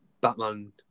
Batman